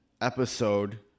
episode